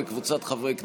וקבוצת חברי הכנסת.